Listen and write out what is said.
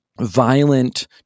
violent